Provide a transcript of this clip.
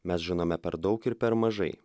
mes žinome per daug ir per mažai